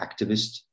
activist